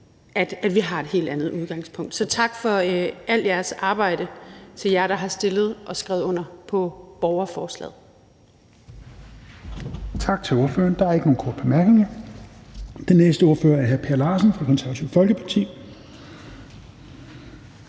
at vi har et helt andet udgangspunkt. Så tak for al jeres arbejde til jer, der har stillet og skrevet under på borgerforslaget.